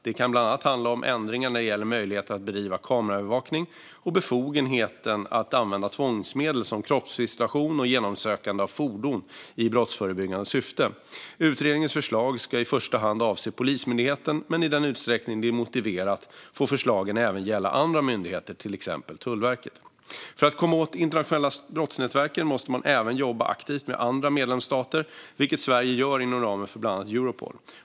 Det kan bland annat handla om ändringar när det gäller möjligheten att bedriva kamerabevakning och befogenheten att använda tvångsmedel som kroppsvisitation och genomsökande av fordon i brottsförebyggande syfte. Utredningens förslag ska i första hand avse Polismyndigheten, men i den utsträckning det är motiverat får förslagen även gälla andra myndigheter, till exempel Tullverket. För att komma åt de internationella brottsnätverken måste man även jobba aktivt med andra medlemsstater, vilket Sverige gör inom ramen för bland annat Europol.